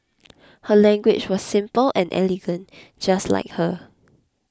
her language was simple and elegant just like her